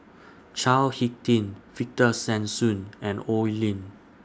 Chao Hick Tin Victor Sassoon and Oi Lin